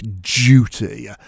Duty